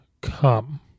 come